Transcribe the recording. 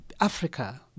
africa